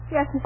Yes